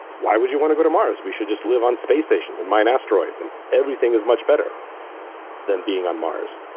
why would you want to go to mars? we should just live on space stations and mine asteroids and everything is much better than being on mars.